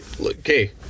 Okay